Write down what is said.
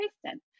Kristen